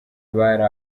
bari